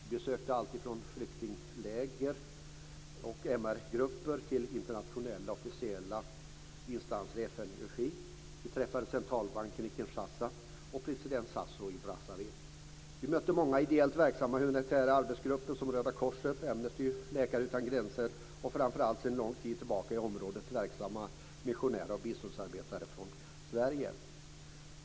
Vi besökte allt från flyktingläger och MR grupper till internationella och officiella instanser i FN-regi. Vi träffade representanter för centralbanken i Kinshasa och president Sassou i Brazzaville. Vi mötte många ideellt verksamma humanitära arbetsgrupper som Röda korset, Amnesty, Läkare utan gränser och framför allt sedan lång tid tillbaka i området verksamma missionärer och biståndsarbetare från Sverige.